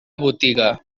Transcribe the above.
botiga